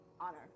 honor